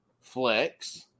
flex